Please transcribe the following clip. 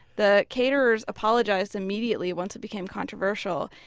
the caterers apologized immediately once it became controversial.